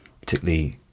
particularly